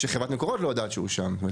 שחברת "מקורות" לא יודעת שהוא שם.